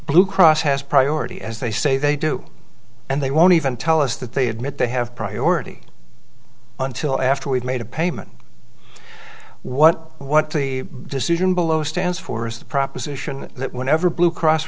blue cross has priority as they say they do and they won't even tell us that they admit they have priority until after we've made a payment what what the decision below stands for is the proposition that whenever blue cross